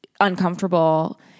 uncomfortable